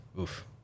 oof